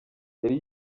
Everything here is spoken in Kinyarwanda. yari